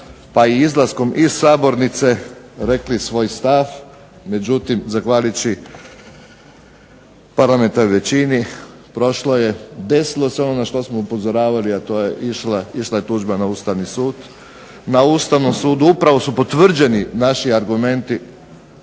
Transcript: pa i izlaskom iz sabornice rekli svoj stav. Međutim, zahvaljujući parlamentarnoj većini prošlo je, desilo se ono na što smo upozoravali, a to je išla je tužba na Ustavni sud. Na Ustavnom sudu upravo su potvrđeni naši argumenti